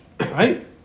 right